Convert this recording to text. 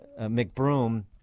McBroom